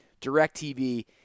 DirecTV